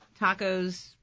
tacos